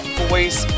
voice